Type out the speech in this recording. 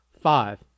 Five